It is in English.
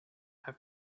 have